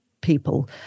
people